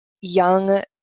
young